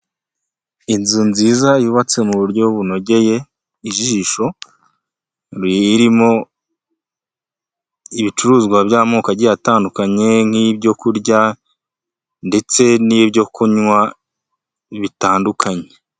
Inzu nziza yubatse mu buryo bunogeye, ijisho irimo ibicuruzwa by'amoko agiye atandukanye, nk'ibyo kurya ndetse n'ibyo kunywa bitandukanye.